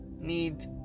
need